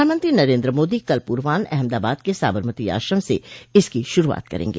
प्रधानमंत्री नरेन्द्र मोदी कल पूर्वान्ह अहमदाबाद के साबरमती आश्रम से इसकी शुरूआत करेंग